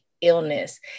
illness